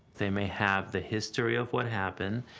they may have the history of what happened,